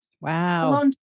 Wow